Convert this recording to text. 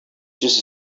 just